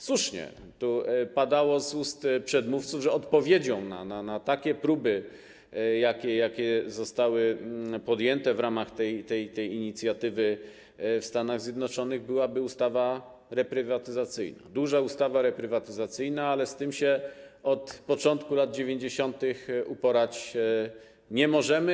Słusznie tu padało z ust przedmówców, że odpowiedzią na takie próby, jakie zostały podjęte w ramach tej inicjatywy w Stanach Zjednoczonych, byłaby ustawa reprywatyzacyjna, duża ustawa reprywatyzacyjna, ale z tym od początku lat 90. uporać się nie możemy.